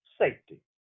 safety